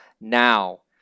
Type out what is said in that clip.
now